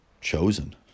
chosen